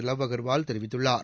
love Agarwal தெரிவித்துள்ளார்